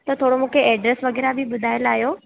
त थोरो मूंखे एड्रेस वग़ैरह बि ॿुधाए लाहियो